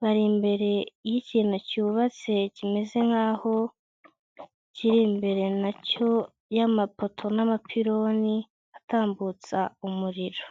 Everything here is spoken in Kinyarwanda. bari imbere y'ikintu cyubatse kimeze nk'aho kiri imbere na cyo y'amapoto n'amapironi atambutsa umuriro.